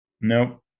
Nope